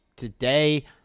today